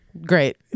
great